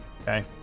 Okay